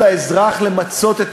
חוקים, מה שאתם רוצים.